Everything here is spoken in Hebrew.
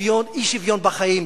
אי-שוויון בחיים,